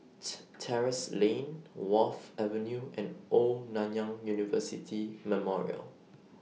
Terrasse Lane Wharf Avenue and Old Nanyang University Memorial